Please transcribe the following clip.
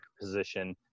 position